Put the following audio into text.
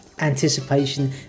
anticipation